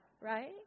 Right